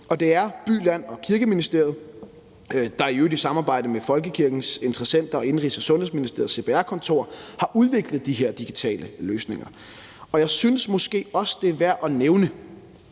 Det er By- Land- og Kirkeministeriet, der i øvrigt i samarbejde med folkekirkens interessenter og Indenrigs- og Sundhedsministeriets CPR-kontor har udviklet de her digitale løsninger. Og jeg synes måske også, at det er værd at nævne,